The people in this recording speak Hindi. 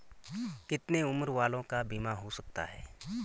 कितने उम्र वालों का बीमा हो सकता है?